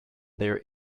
there